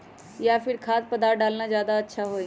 या फिर खाद्य पदार्थ डालना ज्यादा अच्छा होई?